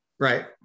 Right